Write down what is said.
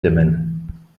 dimmen